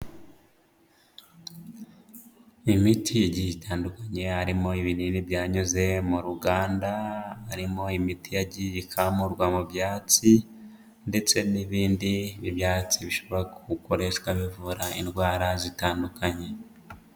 Imiti igiye itandukanye, harimo ibinini byanyuze mu ruganda, harimo imiti yagiye ikamurwa mu byatsi ndetse n'ibindi byatsi bishobora gukoreshwa bivura indwara zitandukanye.